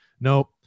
Nope